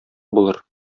булыр